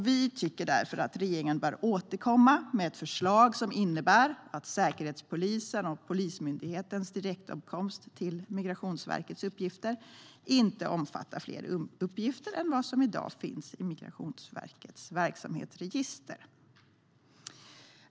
Vi tycker därför att regeringen bör återkomma med ett förslag som innebär att Säkerhetspolisens och Polismyndighetens direktåtkomst till Migrationsverkets uppgifter inte omfattar fler uppgifter än vad som i dag finns i Migrationsverkets verksamhetsregister.